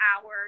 hours